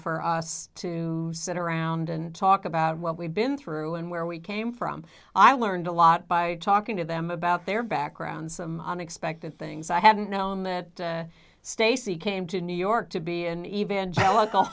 for us to sit around and talk about what we've been through and where we came from i learned a lot by talking to them about their backgrounds some unexpected things i hadn't known that stacy came to new york to be an evangelical